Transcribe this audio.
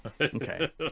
Okay